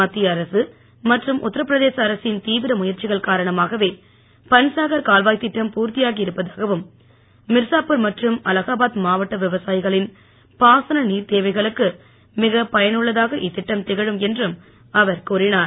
மத்திய அரசு மற்றும் உத்தரபிரதேச அரசின் தீவிர முயற்சிகள் காரணமாகவே பன்சாகர் கால்வாய் திட்டம் பூர்த்தியாகி இருப்பதாகவும் மீர்சாபூர் மற்றும் அலகாபாத் மாவட்ட விவசாயிகளின் பாசன நீர்த் தேவைகளுக்கு மிகப் பயனுள்ளதாக இத்திட்டம் திகழும் என்றும் அவர் கூறினார்